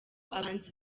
abahanzi